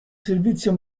servizio